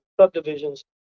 subdivisions